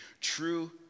true